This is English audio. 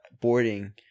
boarding